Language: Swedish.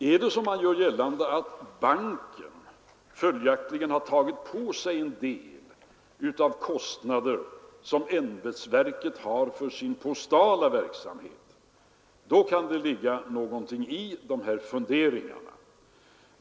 Är det så att man gör gällande att banken följaktligen har tagit på sig en del av de kostnader som ämbetsverket har för sin postala verksamhet, då kan det ligga någonting i dessa funderingar.